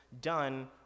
done